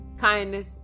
kindness